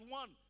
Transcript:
one